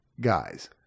guys